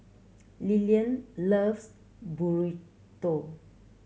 Lilian loves Burrito